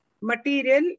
material